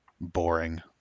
boring